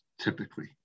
typically